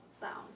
sound